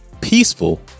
peaceful